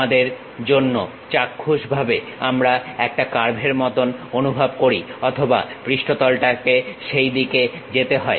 আমাদের জন্য চাক্ষুষ ভাবে আমরা একটা কার্ভের মতন অনুভব করি অথবা পৃষ্ঠতলটাকে সেই দিকে যেতে হয়